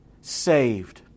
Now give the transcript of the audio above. saved